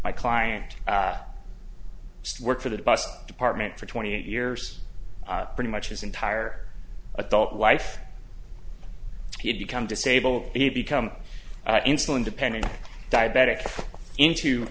my client worked for the bus department for twenty eight years pretty much his entire adult life he had become disabled he'd become insulin dependent diabetic into